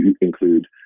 include